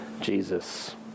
Jesus